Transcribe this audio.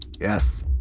Yes